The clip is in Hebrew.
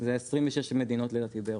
זה 26 מדינות לדעתי באירופה.